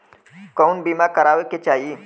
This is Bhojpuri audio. कउन बीमा करावें के चाही?